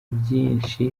byinshi